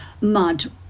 mud